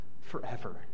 forever